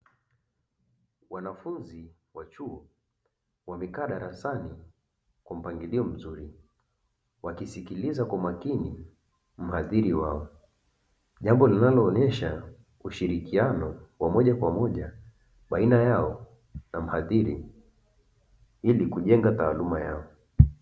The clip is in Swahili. Wanafunzi wa chuo, wamekaa darasani kwa mpangilio mzuri, wakisikiliza kwa makini mhadhiri wao. Jambo linaloonyesha ushirikiano wa moja kwa moja baina yao na mhadhiri, ili kujenga taaluma yao.